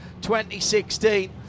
2016